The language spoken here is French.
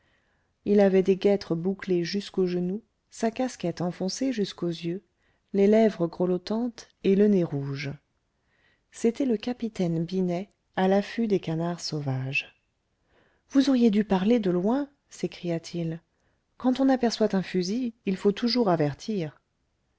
il avait des guêtres bouclées jusqu'aux genoux sa casquette enfoncée jusqu'aux yeux les lèvres grelottantes et le nez rouge c'était le capitaine binet à l'affût des canards sauvages vous auriez dû parler de loin s'écria-t-il quand on aperçoit un fusil il faut toujours avertir